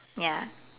ya